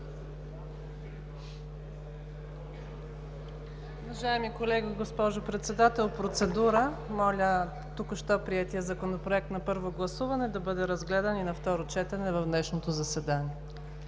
Уважаеми колеги, госпожо Председател, процедура. Моля, току-що приетият Законопроект на първо гласуване да бъде разгледан и на второ четене в днешното заседание.